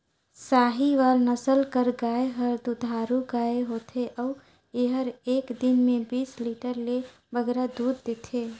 साहीवाल नसल कर गाय हर दुधारू गाय होथे अउ एहर एक दिन में बीस लीटर ले बगरा दूद देथे